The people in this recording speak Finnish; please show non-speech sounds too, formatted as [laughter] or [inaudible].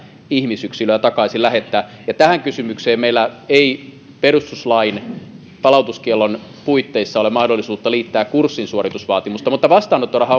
ihmisyksilöä takaisin lähettää ja tähän kysymykseen meillä ei perustuslain palautuskiellon puitteissa ole mahdollisuutta liittää kurssinsuoritusvaatimusta mutta vastaanottoraha [unintelligible]